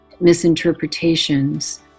misinterpretations